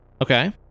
okay